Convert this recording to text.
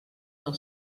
del